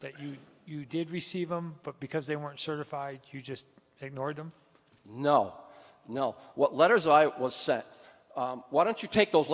that you you did receive them but because they weren't certified q just ignored them no no what letters i was sent why don't you take those